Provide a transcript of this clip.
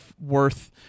worth